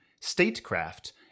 statecraft